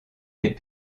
des